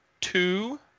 two